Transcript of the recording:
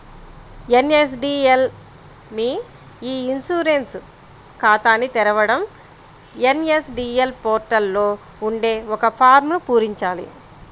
NSDL మీ e insurance ఖాతాని తెరవడం ఎన్.ఎస్.డి.ఎల్ పోర్టల్ లో ఉండే ఒక ఫారమ్ను పూరించాలి